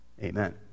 Amen